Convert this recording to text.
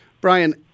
Brian